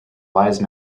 wise